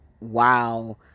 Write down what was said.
wow